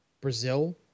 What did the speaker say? Brazil